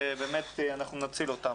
ובאמת אנחנו נציל אותם.